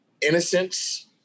innocence